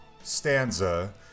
stanza